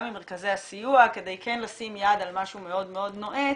גם ממרכזי הסיוע כדי כן לשים יד על משהו מאוד נועץ.